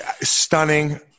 stunning